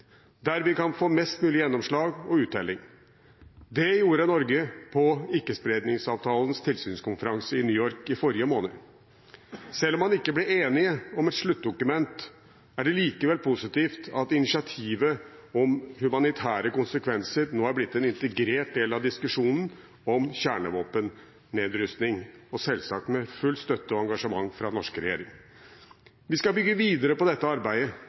der vi kan få mest mulig gjennomslag og uttelling. Det gjorde Norge på ikkespredningsavtalens tilsynskonferanse i New York i forrige måned. Selv om man ikke ble enige om et sluttdokument, er det likevel positivt at initiativet om humanitære konsekvenser nå er blitt en integrert del av diskusjonen om kjernevåpennedrustning – selvsagt med full støtte og engasjement fra den norske regjering. Vi skal bygge videre på dette arbeidet